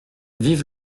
vive